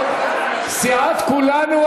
סיעת כולנו,